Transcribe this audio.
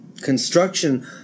construction